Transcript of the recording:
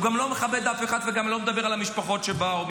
הוא גם לא מכבד אף אחד וגם לא מדבר אל המשפחות שבאו,